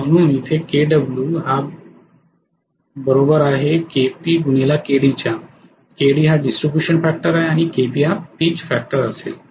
म्हणून इथे kw kpkd kd distribution factor आणि kp पीच फॅक्टर असतील